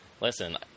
Listen